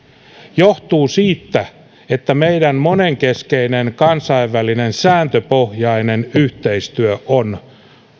johtuu siitä että meidän monenkeskinen kansainvälinen sääntöpohjainen yhteistyö on